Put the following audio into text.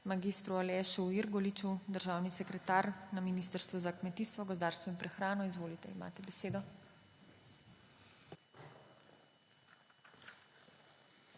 mag. Alešu Irgoliču, državnemu sekretarju na Ministrstvu za kmetijstvo, gozdarstvo in prehrano. Izvolite, imate besedo.